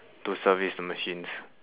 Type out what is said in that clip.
to service the machines